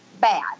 bad